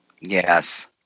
Yes